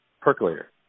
percolator